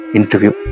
interview